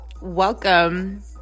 Welcome